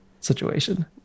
situation